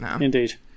Indeed